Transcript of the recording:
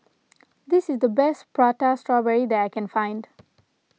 this is the best Prata Strawberry that I can find